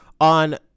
on